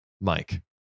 Mike